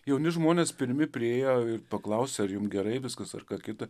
jauni žmonės pirmi priėjo ir paklausė ar jums gerai viskas ar ką kita